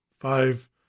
five